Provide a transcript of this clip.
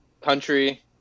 country